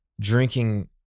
drinking